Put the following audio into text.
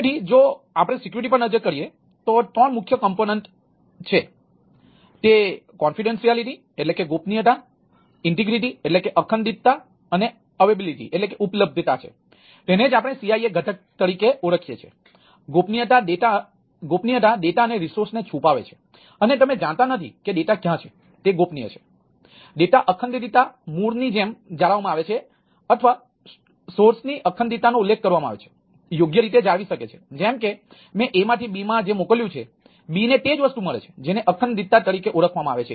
તેથી જો આપણે સિક્યુરિટી પર નજર કરીએ તો 3 મૂળભૂત ઘટકો શું છે તે ગોપનીયતા એ બીજો મહત્વપૂર્ણ ઘટક અધિકાર છે